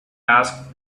asked